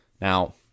Now